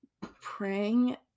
praying